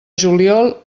juliol